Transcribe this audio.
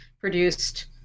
produced